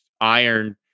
iron